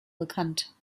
bekannt